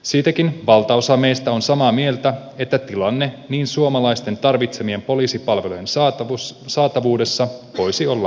siitäkin valtaosa meistä on samaa mieltä että tilanne suomalaisten tarvitsemien poliisipalvelujen saatavuudessa voisi olla parempi